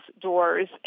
doors